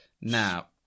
Now